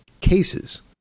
cases